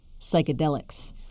Psychedelics